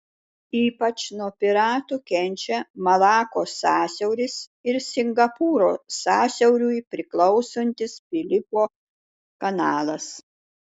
ypač nuo piratų kenčia malakos sąsiauris ir singapūro sąsiauriui priklausantis filipo kanalas